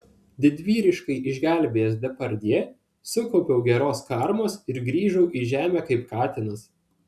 didvyriškai išgelbėjęs depardjė sukaupiau geros karmos ir grįžau į žemę kaip katinas